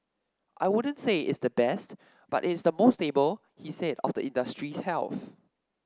I wouldn't say it's the best but it's the most stable he said of the industry's health